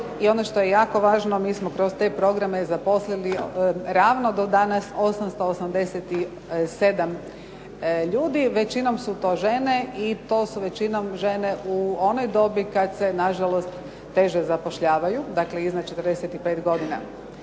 I ono što je jako važno mi smo kroz te programe zaposlili ravno do danas 887 ljudi, većinom su to žene i to su većinom žene u onoj dobi kad se nažalost teže zapošljavaju dakle iznad 45 godina,